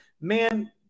man